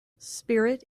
spirit